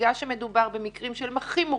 בגלל שמדובר במקרים שהם הכי מורכבים,